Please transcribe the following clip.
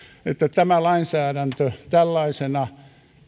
tämä lainsäädäntö tällaisena